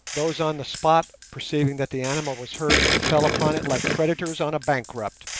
those on the spot perceiving that the animal was hurt fell upon it like creditors on a bankrupt,